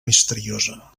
misteriosa